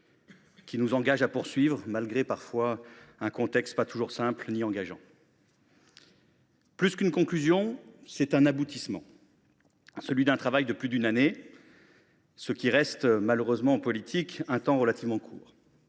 qui nous incite à poursuivre, en dépit d’un contexte qui n’est pas toujours simple ni engageant. Plus qu’une conclusion, ce moment est un aboutissement : celui d’un travail de plus d’une année, ce qui reste malheureusement, en politique, un temps relativement court.